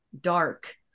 dark